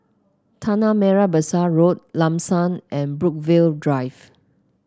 Tanah Merah Besar Road Lam San and Brookvale Drive